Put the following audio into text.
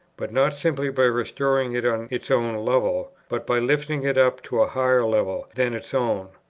but not simply by restoring it on its own level, but by lifting it up to a higher level than its own.